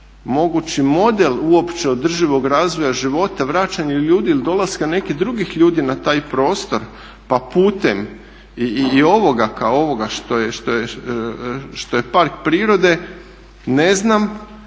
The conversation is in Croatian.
mogući model uopće održivog razvoja života, vraćanje ljudi ili dolaska nekih drugih ljudi na taj prostor pa putem i ovoga kao ovoga što je park prirode ne znam.